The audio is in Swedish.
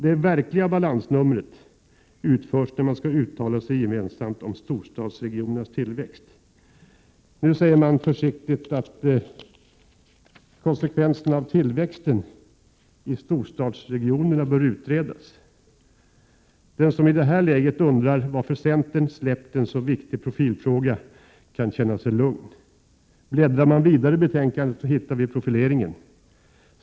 Det verkliga balansnumret utförs när man skall uttala sig gemensamt om storstadsregionernas tillväxt. Nu säger man försiktigt att konsekvenserna av tillväxten i storstadsregionerna bör utredas. Den som i det här läget undrar över varför centern släppt en så viktig profilfråga kan känna sig lugn. Bläddrar vi vidare i betänkandet så hittar vi profileringen.